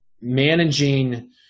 managing